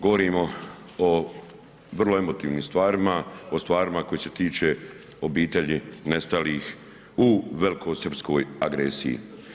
Govorimo o vrlo emotivnim stvarima, o stvarima koje se tiče obitelji nestalih u velikosrpskoj agresiji.